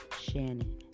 shannon